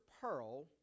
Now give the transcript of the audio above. pearl